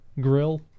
Grill